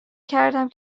کردم